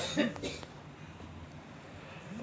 তর গাছের পাতা যেটা মালষের খাবার হিসেবে ব্যবহার ক্যরা হ্যয়